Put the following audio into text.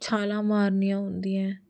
ਛਾਲਾਂ ਮਾਰਨੀਆਂ ਹੁੰਦੀਆਂ